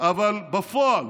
אבל בפועל